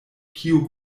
kiu